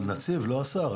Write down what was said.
נציב, לא השר.